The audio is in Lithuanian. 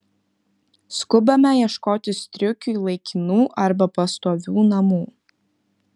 skubame ieškoti striukiui laikinų arba pastovių namų